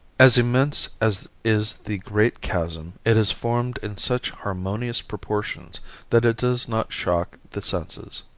as immense as is the great chasm it is formed in such harmonious proportions that it does not shock the senses.